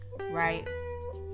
right